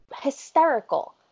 hysterical